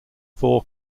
four